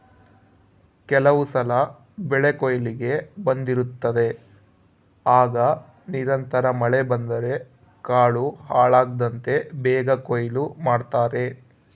ಕೆಲವುಸಲ ಬೆಳೆಕೊಯ್ಲಿಗೆ ಬಂದಿರುತ್ತದೆ ಆಗ ನಿರಂತರ ಮಳೆ ಬಂದರೆ ಕಾಳು ಹಾಳಾಗ್ತದಂತ ಬೇಗ ಕೊಯ್ಲು ಮಾಡ್ತಾರೆ